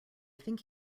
think